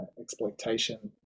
exploitation